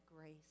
grace